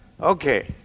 Okay